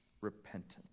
repentance